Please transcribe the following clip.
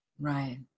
Right